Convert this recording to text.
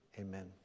amen